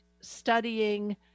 studying